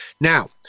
Now